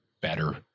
better